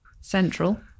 Central